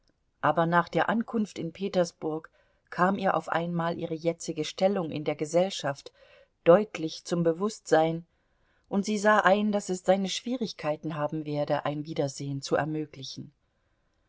aber nach der ankunft in petersburg kam ihr auf einmal ihre jetzige stellung in der gesellschaft deutlich zum bewußtsein und sie sah ein daß es seine schwierigkeiten haben werde ein wiedersehen zu ermöglichen